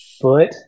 foot